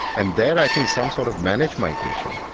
and there i think some sort of managed migration,